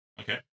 Okay